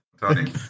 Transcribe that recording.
Tony